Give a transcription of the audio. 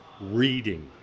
reading